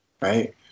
right